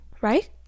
right